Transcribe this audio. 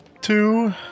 two